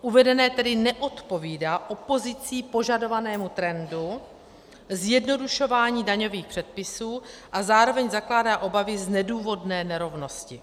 Uvedené tedy neodpovídá opozicí požadovanému trendu zjednodušování daňových předpisů a zároveň zakládá obavy z nedůvodné nerovnosti.